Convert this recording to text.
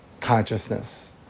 consciousness